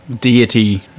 deity